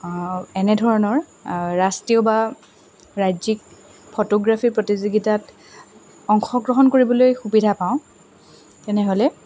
এনেধৰণৰ ৰাষ্ট্ৰীয় বা ৰাজ্যিক ফটোগ্ৰাফীৰ প্ৰতিযোগিতাত অংশগ্ৰহণ কৰিবলৈ সুবিধা পাওঁ তেনেহ'লে